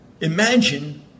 imagine